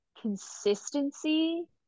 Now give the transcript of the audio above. consistency